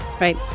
Right